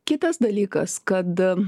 kitas dalykas kad